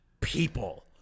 people